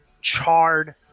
charred